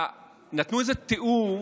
נתנו איזה תיאור,